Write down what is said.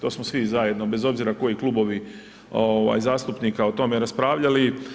To smo svi zajedno bez obzira koji klubovi zastupnika o tome raspravljali.